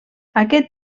aquest